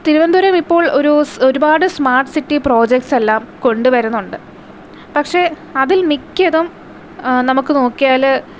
തിരുവനന്തപുരം ഇപ്പോൾ ഒരു സ് ഒരുപാട് സ്മാർട്ട് സിറ്റി പ്രോജക്ട്സ് എല്ലാം കൊണ്ടു വരുന്നുണ്ട് പക്ഷേ അതിൽ മിക്കതും നമുക്ക് നോക്കിയാല്